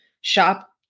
shop